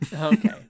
okay